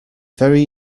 very